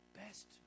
best